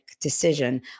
decision